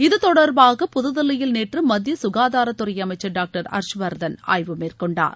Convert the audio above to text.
இது தொடர்பாக புதுதில்லியில் நேற்று மத்திய ககாதாரத்துறை அமைச்சர் டாக்டர் ஹர்ஷ்வர்தன் ஆய்வு மேற்கொண்டார்